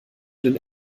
den